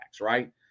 right